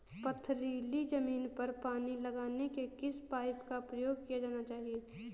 पथरीली ज़मीन पर पानी लगाने के किस पाइप का प्रयोग किया जाना चाहिए?